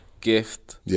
Gift